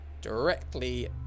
directly